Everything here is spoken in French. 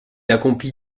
accomplit